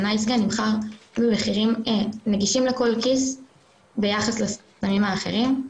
ה'נייס גאי' נמכר במחירים נגישים לכל כיס ביחס לסמים האחרים.